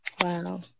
Wow